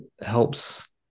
helps